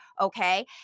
okay